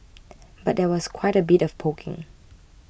but there was quite a bit of poking